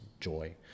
joy